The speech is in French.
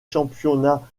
championnats